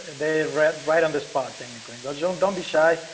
and they read right on the spot thing again, don't, don't, don't be shy.